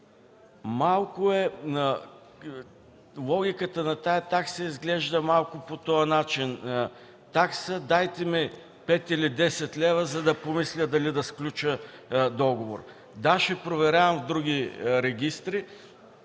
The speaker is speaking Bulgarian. сключи. Логиката на тази такса изглежда малко по този начин – такса: дайте ми 5 или 10 лв., за да помисля дали да сключа договор. Да, ще проверявам в други регистри.